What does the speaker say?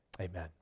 Amen